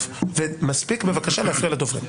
מספיק בבקשה להפריע לדוברים.